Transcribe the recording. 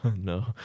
No